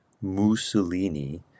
Mussolini